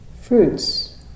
fruits